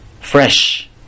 fresh